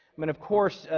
mean, of course,